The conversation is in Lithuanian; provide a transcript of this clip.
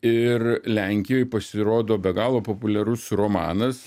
ir lenkijoj pasirodo be galo populiarus romanas